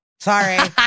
Sorry